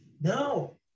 no